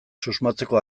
susmatzeko